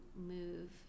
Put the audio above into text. move